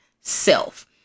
self